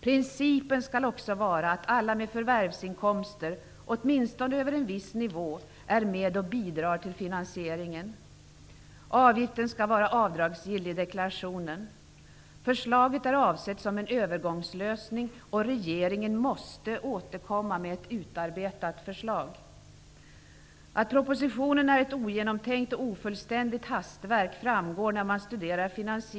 Principen skall också vara att alla med förvärvsinkomster -- åtminstone över en viss nivå -- är med och bidrar till finansieringen. Avgiften skall vara avdragsgill i deklarationen. Förslaget är avsett som en övergångslösning, och regeringen måste återkomma med ett utarbetat förslag. Att propositionen är ett ogenomtänkt och ofullständigt hastverk framgår när man studerar finansieringen.